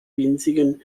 winzigen